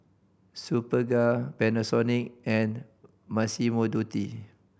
Superga Panasonic and Massimo Dutti